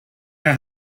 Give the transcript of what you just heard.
her